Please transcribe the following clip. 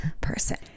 person